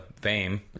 fame